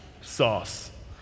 sauce